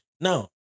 now